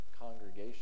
congregation